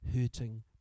hurting